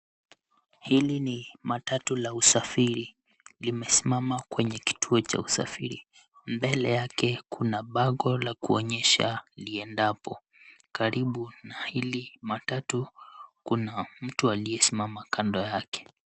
Hili ni matatu la usafiri. Limesimama kwenye kituo cha usafiri. Mbele yake kuna bango la kuonyesha liendapo. Karibu na hili matatu kuna mtu aliyesimama kando yake.